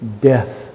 death